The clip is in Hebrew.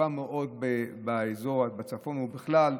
חשובה מאוד באזור הצפון ובכלל.